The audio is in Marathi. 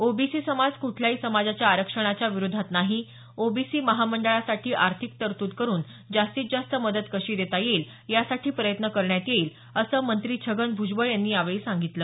ओबीसी समाज कुठल्याही समाजाच्या आरक्षणाच्या विरोधात नाही ओबीसी महामंडळांसाठी आर्थिक तरतूद करुन जास्तीत जास्त मदत कशी देता येईल यासाठी प्रयत्न करण्यात येईल असं मंत्री छगन भूजबळ यांनी यावेळी सांगितलं